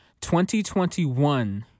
2021